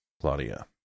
Claudia